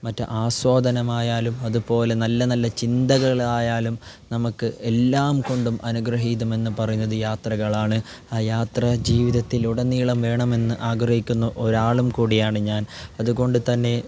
മറ്റ് ആസ്വാധനമായാലും അതു പോലെ നല്ല നല്ല ചിന്തകളായാലും നമ്മൾക്ക് എല്ലാം കൊണ്ട് അനുഗ്രഹീതം എന്നു പറയുന്നത് യാത്രകളാണ് ആ യാത്ര ജീവിതത്തിലുടനീളം വേണമെന്ന് ആഗ്രഹിക്കുന്ന ഒരു ആളും കൂടിയാണ് ഞാൻ അത്കൊണ്ട് തന്നെ